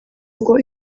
ngo